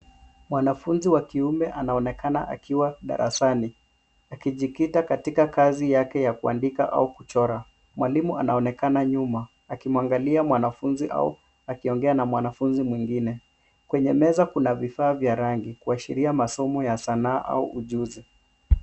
Mwanafunzi wa kiume anaonekana akiwa darasani, akijikita katika kazi yake ya kuandika au kuchora. Mwalimu anaonekana nyuma akimwangalia mwanafunzi au akiongea na mwanafunzi mwingine. Kwenye meza kuna vifaa vya rangi kuashiria masomo ya sanaa au ujuzi.